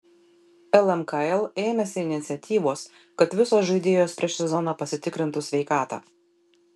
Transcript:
lmkl ėmėsi iniciatyvos kad visos žaidėjos prieš sezoną pasitikrintų sveikatą